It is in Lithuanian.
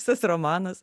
visas romanas